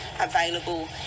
available